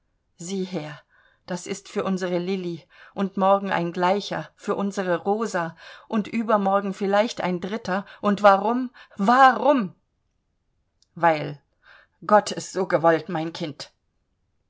sieh her das ist für unsere lilli und morgen ein gleicher für unsere rosa und übermorgen vielleicht ein dritter und warum warum weil gott es so gewollt mein kind